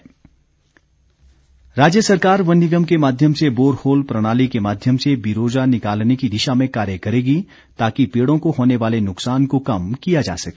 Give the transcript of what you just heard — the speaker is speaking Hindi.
गोविंद ठाकुर राज्य सरकार वन निगम के माध्यम से बोर होल प्रणाली के माध्यम से बिरोजा निकालने की दिशा में कार्य करेगी ताकि पेड़ों को होने वोले नुकसान को कम किया जा सके